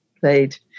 played